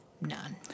None